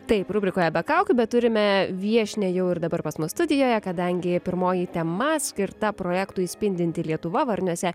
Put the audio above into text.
taip rubrikoje be kaukių bet turime viešnią jau ir dabar pas mus studijoje kadangi pirmoji tema skirta projektui spindinti lietuva varniuose